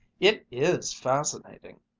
it is fascinating,